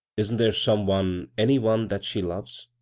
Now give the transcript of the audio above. isn't there some one, any one that she loves?